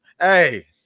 Hey